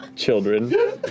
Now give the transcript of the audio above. Children